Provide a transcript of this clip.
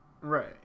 Right